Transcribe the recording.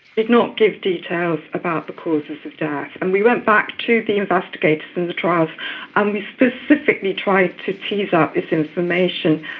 did not give details about the causes of the death. and we went back to the investigators in the trials and we specifically tried to tease out this information.